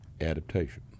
adaptation